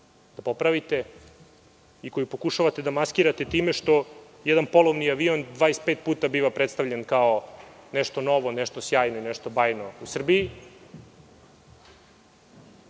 da popravite i koju pokušavate da maskirate time što jedan polovni avion 25 puta je bio predstavljen kao nešto novo, nešto sjajno, nešto bajno u Srbiji. Pozivam